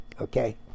okay